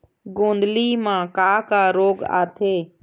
गोंदली म का का रोग आथे?